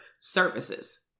services